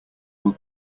will